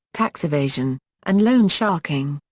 tax evasion, and loansharking.